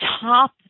top